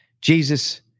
Jesus